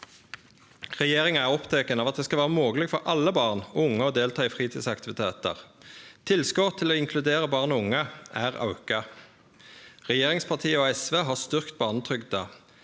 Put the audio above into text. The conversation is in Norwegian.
Regjeringa er oppteken av at det skal vere mogleg for alle barn og unge å delta i fritidsaktivitetar. Tilskot til å inkludere barn og unge er auka. Regjeringspartia og SV har styrkt barnetrygda.